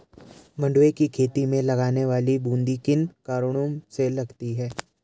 मंडुवे की खेती में लगने वाली बूंदी किन कारणों से लगती है?